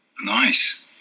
Nice